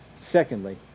Secondly